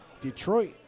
Detroit